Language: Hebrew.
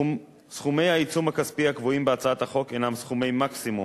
סכומי העיצום הכספי הקבועים בהצעת החוק הינם סכומי מקסימום,